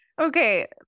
Okay